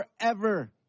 Forever